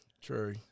true